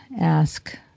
ask